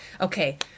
okay